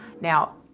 Now